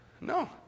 No